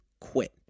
quit